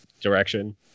direction